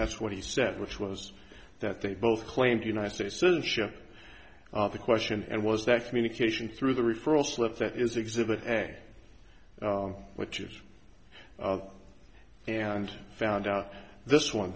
that's what he said which was that they both claimed united states citizenship the question and was that communication through the referral slip that is exhibit a which is and found out this one